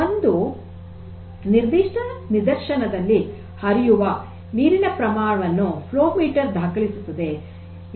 ಒಂದು ನಿರ್ದಿಶ್ಟ ನಿದರ್ಶನದಲ್ಲಿ ಹರಿಯುವ ನೀರಿನ ಪ್ರಮಾಣವನ್ನು ಫ್ಲೋ ಮೀಟರ್ ದಾಖಲಿಸುತ್ತದೆ